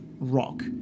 rock